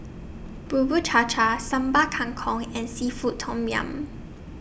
Bubur Cha Cha Sambal Kangkong and Seafood Tom Yum